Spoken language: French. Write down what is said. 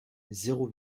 zéro